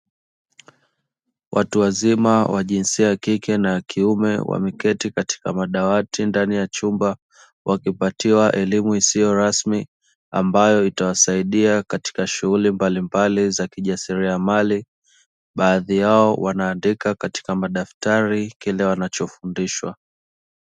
Watu wazima wa jinsia ya kike na kiume wameketi katika madawati ndani ya chumba, wakipatiwa elimu isiyo rasmi ambayo itawasaidia katika shughuli mbalimbali za kijasiriamali, baadhi yao wanaandika katika madaftari kile wanachofundishwa.